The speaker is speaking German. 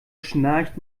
schnarcht